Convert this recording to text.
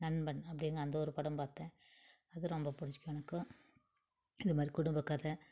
நண்பன் அப்படின்னு அந்த ஒரு படம் பார்த்தேன் அது ரொம்ப பிடிக்கும் எனக்கு இதுமாதிரி குடும்ப கதை